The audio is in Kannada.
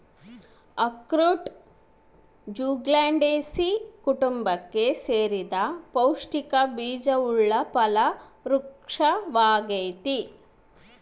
ಅಖ್ರೋಟ ಜ್ಯುಗ್ಲಂಡೇಸೀ ಕುಟುಂಬಕ್ಕೆ ಸೇರಿದ ಪೌಷ್ಟಿಕ ಬೀಜವುಳ್ಳ ಫಲ ವೃಕ್ಪವಾಗೈತಿ